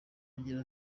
agira